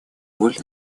роль